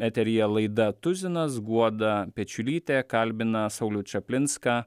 eteryje laida tuzinas guoda pečiulytė kalbina saulių čaplinską